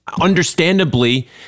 understandably